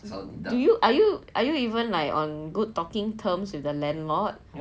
do you are you are you even like on good talking terms with the landlord